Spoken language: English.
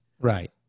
right